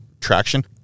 traction